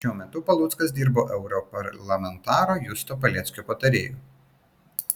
šiuo metu paluckas dirbo europarlamentaro justo paleckio patarėju